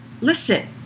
Listen